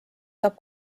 saab